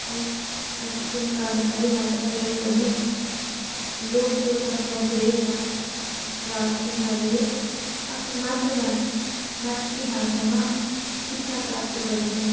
सिक्किमका नेपाली भाषा प्रयाग गर्नेको लोकको सङ्ख्या धेरै छ र तिनीहरूले आफ्नो मातृभाष् मातृभाषामा शिक्षा प्राप्त गर्दछन्